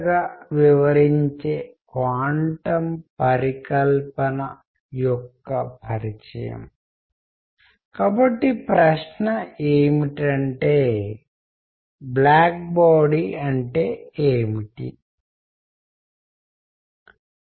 communication సామర్ధ్యాలు శబ్ద అశాబ్దిక దృశ్య శ్రవణ వంటి వివిధ మార్గాల ద్వారా కమ్యూనికేట్ చేసే మీ సామర్థ్యాన్ని సూచిస్తాయి